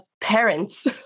parents